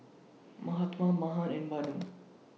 Mahatma Mahan and Vanu